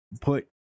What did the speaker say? put